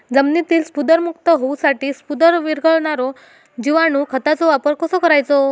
जमिनीतील स्फुदरमुक्त होऊसाठीक स्फुदर वीरघळनारो जिवाणू खताचो वापर कसो करायचो?